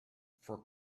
for